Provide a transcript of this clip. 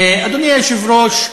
אדוני היושב-ראש,